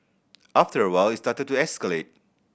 after a while it started to escalate